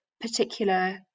particular